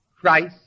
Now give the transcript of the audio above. Christ